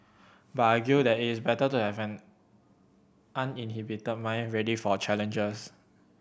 but I argue that it is better to have an uninhibited mind ready for challenges